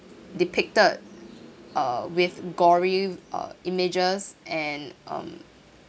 depicted uh with glory uh images and um